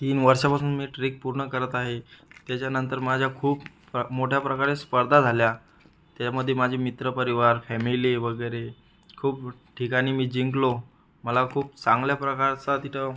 तीन वर्षापासून मी ट्रिक पूर्ण करत आहे त्याच्यानंतर माझ्या खूप मोठ्या प्रकारे स्पर्धा झाल्या त्यामध्ये माझे मित्रपरिवार फॅमिली वगैरे खूप ठिकाणी मी जिंकलो मला खूप चांगल्या प्रकारचा तिथं